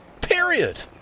Period